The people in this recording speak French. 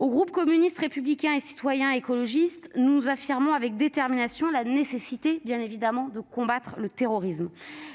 Le groupe communiste républicain citoyen et écologiste affirme avec détermination la nécessité de combattre le terrorisme.